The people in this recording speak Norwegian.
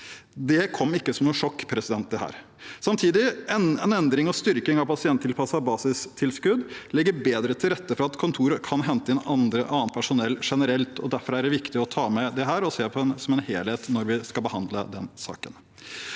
Det kom ikke som noe sjokk. Samtidig legger en endring og styrking av pasienttilpasset basistilskudd bedre til rette for at kontoret kan hente inn annet personell generelt. Derfor er det viktig å ta med dette og se på det som en helhet når vi skal behandle den saken.